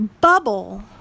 bubble